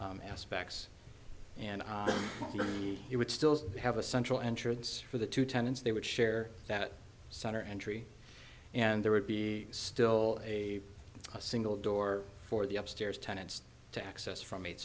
aspects and you would still have a central entrance for the two tenants they would share that center entry and there would be still a single door for the upstairs tenants to access from eight